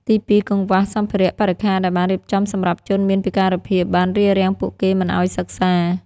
ទីពីរ កង្វះសម្ភារៈបរិក្ខារដែលបានរៀបចំសម្រាប់ជនមានពិការភាពបានរារាំងពួកគេមិនឱ្យសិក្សា។